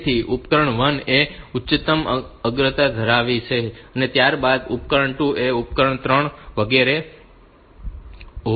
તેથી ઉપકરણ 1 એ ઉચ્ચતમ અગ્રતા ધરાવી શકે છે ત્યારબાદ ઉપકરણ 2 ઉપકરણ 3 વગેરે જેવું હોય છે